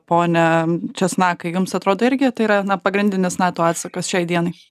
pone česnakai jums atrodo irgi tai yra na pagrindinis nato atsakas šiai dienai